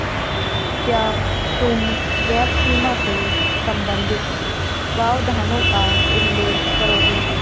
क्या तुम गैप सीमा से संबंधित प्रावधानों का उल्लेख करोगे?